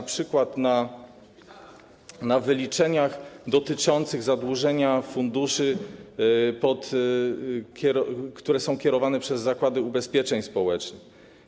np. w wyliczeniach dotyczących zadłużenia funduszy, które są kierowane przez Zakład Ubezpieczeń Społecznych.